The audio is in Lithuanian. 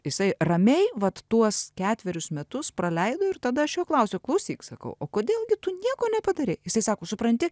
jisai ramiai vat tuos ketverius metus praleido ir tada aš jo klausiu klausyk sakau o kodėl gi tu nieko nepadarei jisai sako supranti